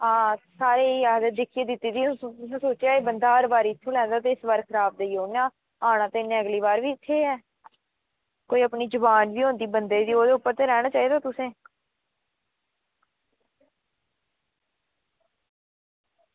ते आं सारे इयै आक्खदे कि दिक्खियै दित्ती बंदा हर बारी बंदा दिक्खियै लैंदा ते इस बारी खराब देई ओड़ना आना ते भी बी अगली बार इत्थें गै कोई अपनी जुबान बी होंदी बंदे दी ते ओह्दे उप्पर ते रहना चाहिदा बंदे नै